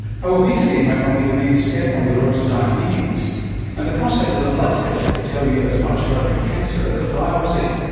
how obesity might not be the main step on the road to diabetes. and the prospect that a blood test could tell you as much about your cancer as a biopsy.